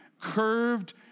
curved